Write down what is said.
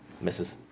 Misses